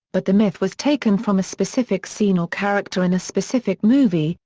but the myth was taken from a specific scene or character in a specific movie,